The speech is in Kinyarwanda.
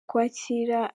kwakira